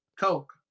Coke